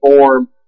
form